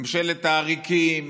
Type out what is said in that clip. ממשלת העריקים,